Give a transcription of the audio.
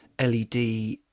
LED